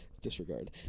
Disregard